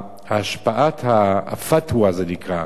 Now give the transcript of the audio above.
השפעת הפתווה, כך זה נקרא.